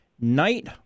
Night